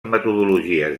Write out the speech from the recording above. metodologies